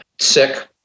sick